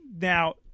now